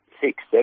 six